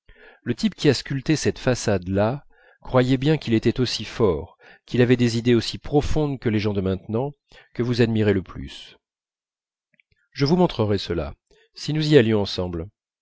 le type qui a sculpté cette façade là croyez bien qu'il était aussi fort qu'il avait des idées aussi profondes que les gens de maintenant que vous admirez le plus je vous montrerais cela si nous y allions ensemble